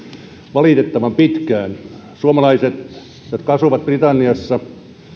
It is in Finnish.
valitettavan pitkään suomalaiset jotka asuvat britanniassa